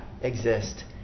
exist